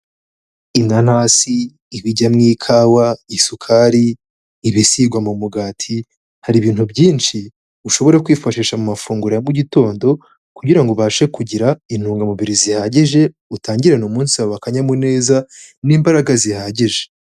Inanasi, ibijya mu ikawa, isukari, ibisigwa mu mugati, hari ibintu byinshi ushobora kwifashisha mu mafunguro ya mu gitondo kugira ngo ubashe kugira intungamubiri zihagije utangirane umunsi wawe akanyamuneza n'imbaraga zihagije.